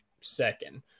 second